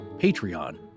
patreon